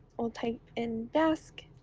we'll type in desk,